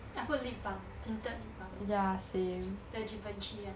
I put lip balm tinted lip balm the givenchy one